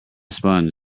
sponge